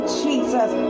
jesus